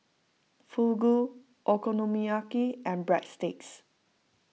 Fugu Okonomiyaki and Breadsticks